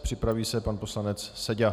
Připraví se pan poslanec Seďa.